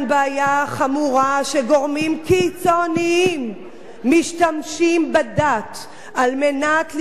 שגורמים קיצוניים משתמשים בדת על מנת לפגוע באזרחי מדינת ישראל.